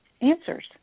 answers